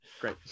Great